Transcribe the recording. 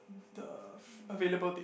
the available date